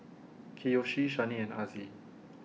Kiyoshi Shani and Azzie